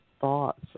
thoughts